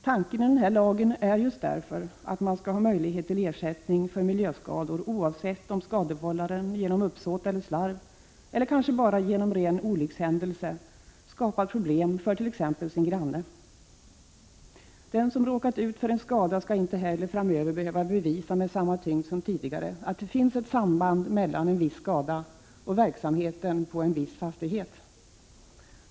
Tanken bakom den här lagen är just därför att man skall ha möjlighet till ersättning för miljöskador oavsett om skadevållaren genom uppsåt eller slarv eller kanske bara genom ren olyckshändelse skapat problem för t.ex. sin granne. Den som råkat ut för en skada skall framöver inte heller behöva bevisa med samma tyngd som tidigare att det finns ett samband mellan skadan och verksamheten på en viss fastighet.